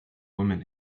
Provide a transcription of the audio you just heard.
women